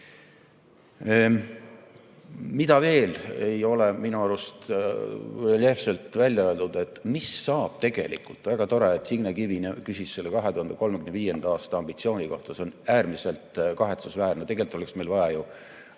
Veel ei ole minu arust reljeefselt välja öeldud, mis saab tegelikult. Väga tore, et Signe Kivi küsis selle 2035. aasta ambitsiooni kohta. See on äärmiselt kahetsusväärne. Tegelikult oleks meil vaja ju